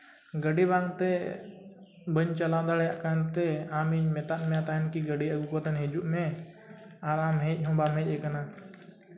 ᱜᱟᱹᱰᱤ ᱵᱟᱝᱛᱮ ᱵᱟᱹᱧ ᱪᱟᱞᱟᱣ ᱫᱟᱲᱮᱭᱟᱜ ᱠᱟᱱᱛᱮ ᱟᱢᱤᱧ ᱢᱮᱛᱟᱫ ᱢᱮ ᱛᱟᱦᱮᱱ ᱠᱤ ᱜᱟᱹᱰᱤ ᱟᱹᱜᱩ ᱠᱟᱛᱮ ᱦᱤᱡᱩᱜ ᱢᱮ ᱟᱨ ᱟᱢ ᱦᱮᱡ ᱦᱚᱸ ᱵᱟᱢ ᱦᱮᱡ ᱠᱟᱱᱟ